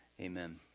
Amen